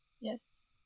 Yes